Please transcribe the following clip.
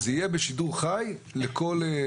זה יהיה בשידור חי באינטרנט.